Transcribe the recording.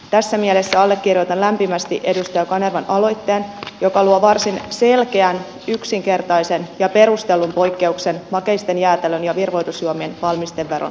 tässä mielessä allekirjoitan lämpimästi edustaja kanervan aloitteen joka luo varsin selkeän yksinkertaisen ja perustellun poikkeuksen makeisten jäätelön ja virvoitusjuomien valmisteveron soveltamiseen